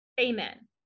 Amen